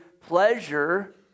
pleasure